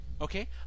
Okay